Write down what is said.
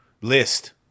list